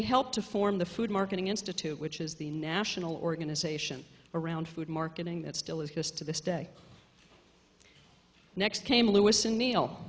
they helped to form the food marketing institute which is the national organization around food marketing that still exist to this day next came lewis and neal